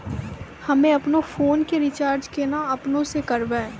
हम्मे आपनौ फोन के रीचार्ज केना आपनौ से करवै?